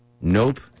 Nope